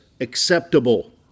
acceptable